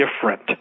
different